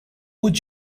would